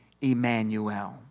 Emmanuel